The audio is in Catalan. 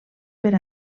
per